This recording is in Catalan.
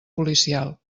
policial